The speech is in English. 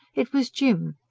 it was jim,